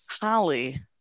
holly